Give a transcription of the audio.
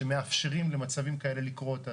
שמאפשרים למצבים כאלה לקרות,